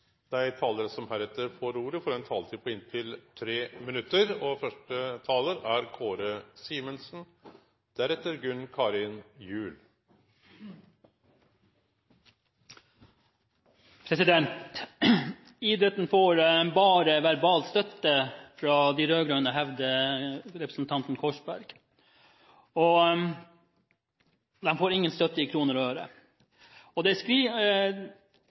Dei talarane som heretter får ordet, har ei taletid på inntil 3 minutt. Idretten får bare verbal støtte fra de rød-grønne – hevder representanten Korsberg – og den får ingen støtte i kroner og øre. Det er